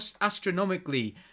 astronomically